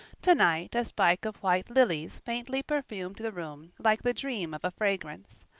tonight a spike of white lilies faintly perfumed the room like the dream of a fragrance.